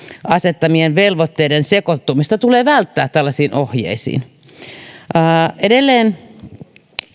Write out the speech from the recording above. asettamien velvoitteiden sekoittumista tällaisiin ohjeisiin tulee välttää edelleen